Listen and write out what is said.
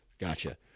Gotcha